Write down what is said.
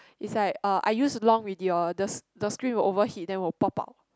it's like uh I use so long already orh the the screen will overheat then will pop out